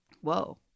whoa